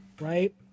right